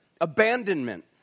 abandonment